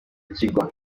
kigwa